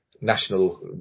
national